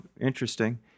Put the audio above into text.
interesting